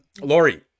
Lori